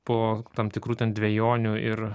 po tam tikrų dvejonių ir